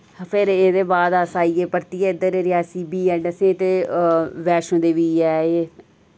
फिर एह्दे बाद अस आइयै परतियै इद्धर रेआसी बीएड असें ते वैश्णो देवी ऐ एह्